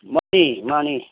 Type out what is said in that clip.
ꯃꯥꯅꯤ ꯃꯥꯅꯤ